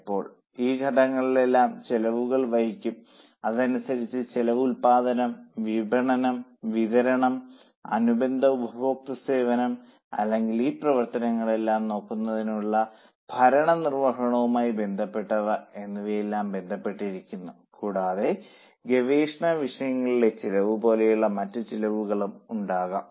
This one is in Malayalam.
ഇപ്പോൾ ഈ ഘട്ടങ്ങളിലെല്ലാം ചെലവുകൾ വഹിക്കുന്നു അതിനനുസരിച്ച് ചെലവ് ഉൽപ്പാദനം വിപണനം വിതരണം അനുബന്ധ ഉപഭോക്തൃ സേവനം അല്ലെങ്കിൽ ഈ പ്രവർത്തനങ്ങളെല്ലാം നോക്കുന്നതിനുള്ള ഭരണനിർവഹണവുമായി ബന്ധപ്പെട്ടവ എന്നിവയുമായി ബന്ധപ്പെട്ടിരിക്കുന്നു കൂടാതെ ഗവേഷണ വികസന ചെലവ് പോലുള്ള മറ്റ് ചിലവുകളും ഉണ്ടാകാം